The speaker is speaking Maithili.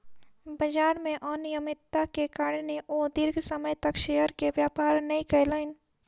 बजार में अनियमित्ता के कारणें ओ दीर्घ समय तक शेयर के व्यापार नै केलैन